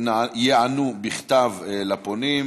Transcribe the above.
ייענו בכתב לפונים.